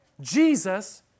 Jesus